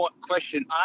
question